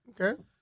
Okay